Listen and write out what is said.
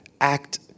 act